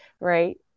Right